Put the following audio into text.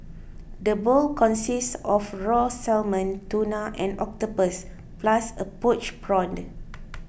the bowl consists of raw salmon tuna and octopus plus a poached prawn